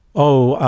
oh,